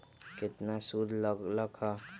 केतना सूद लग लक ह?